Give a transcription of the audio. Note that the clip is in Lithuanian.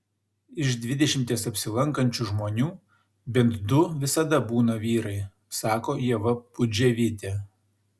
iš dvidešimties apsilankančių žmonių bent du visada būna vyrai sako ieva pudževytė